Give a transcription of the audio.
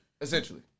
Essentially